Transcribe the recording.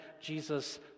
Jesus